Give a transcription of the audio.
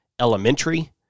Elementary